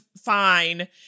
fine